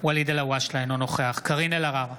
ואליד אלהואשלה, אינו נוכח קארין אלהרר,